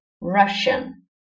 Russian